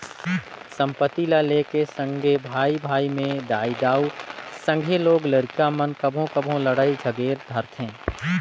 संपत्ति ल लेके सगे भाई भाई में दाई दाऊ, संघे लोग लरिका मन कभों कभों लइड़ झगेर धारथें